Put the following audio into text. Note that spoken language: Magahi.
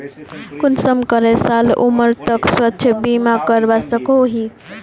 कुंसम करे साल उमर तक स्वास्थ्य बीमा करवा सकोहो ही?